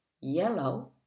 yellow